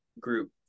group